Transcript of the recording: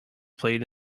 played